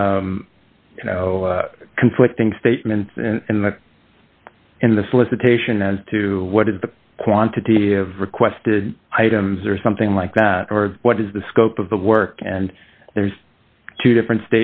you know conflicting statements and in the solicitation as to what is the quantity of requested items or something like that or what is the scope of the work and there's two different